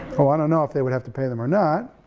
i don't know if they would have to pay them or not,